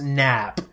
nap